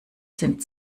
sind